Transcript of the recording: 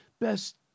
best